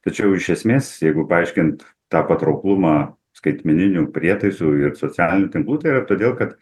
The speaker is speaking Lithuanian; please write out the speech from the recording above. tačiau iš esmės jeigu paaiškint tą patrauklumą skaitmeninių prietaisų ir socialinių tinklų tai yra todėl kad